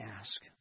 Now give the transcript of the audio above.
ask